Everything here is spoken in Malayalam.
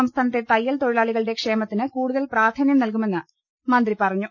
സംസ്ഥാനത്തെ തയ്യൽ തൊഴിലാളികളുടെ ക്ഷേമത്തിന് കൂടുതൽ പ്രാധാന്യം നൽകുമെന്ന് മന്ത്രി പറഞ്ഞു